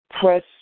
Press